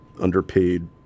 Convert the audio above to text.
underpaid